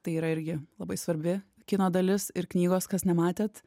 tai yra irgi labai svarbi kino dalis ir knygos kas nematėt